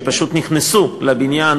שפשוט נכנסו לבניין,